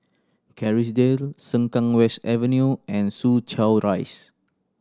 Kerrisdale Sengkang West Avenue and Soo Chow Rise